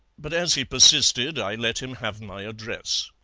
but as he persisted i let him have my address.